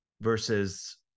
versus